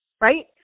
Right